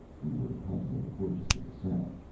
we were hunting in the gorges to the south,